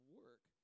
work